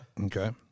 Okay